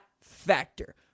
factor